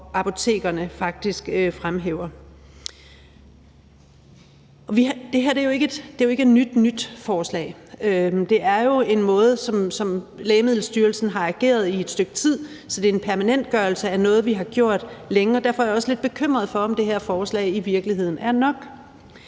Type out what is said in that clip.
og apotekerne faktisk fremhæver. Det her er jo ikke et nyt-nyt forslag. Det er jo en måde, som Lægemiddelstyrelsen har ageret på i et stykke tid, så det er en permanentgørelse af noget, vi har gjort længe. Derfor er jeg også lidt bekymret for, om det her forslag i virkeligheden er nok.